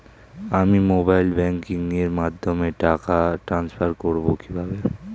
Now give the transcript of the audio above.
আমি mobile banking এর মাধ্যমে টাকা টান্সফার করব কিভাবে?